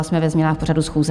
Jsme ve změnách pořadu schůze.